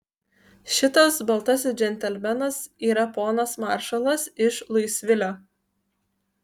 šitas baltasis džentelmenas yra ponas maršalas iš luisvilio